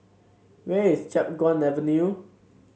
where is Chiap Guan Avenue